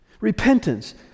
repentance